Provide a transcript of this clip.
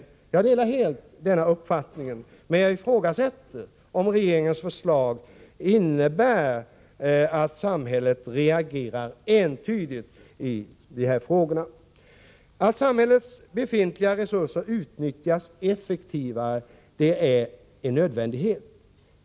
Jag delar helt denna uppfattning, men jag ifrågasätter om regeringens förslag innebär att samhället reagerar entydigt när det gäller dessa frågor. Att samhällets befintliga resurser utnyttjas effektivare är en nödvändighet.